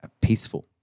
peaceful